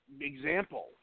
example